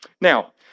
Now